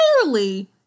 clearly